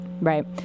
right